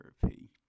therapy